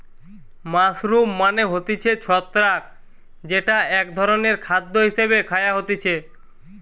mushroom মানে হতিছে ছত্রাক যেটা এক ধরণের খাদ্য হিসেবে খায়া হতিছে